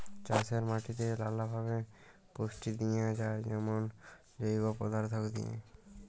চাষের মাটিতে লালাভাবে পুষ্টি দিঁয়া যায় যেমল জৈব পদাথ্থ দিঁয়ে